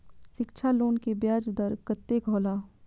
शिक्षा लोन के ब्याज दर कतेक हौला?